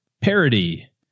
parody